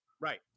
right